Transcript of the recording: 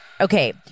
okay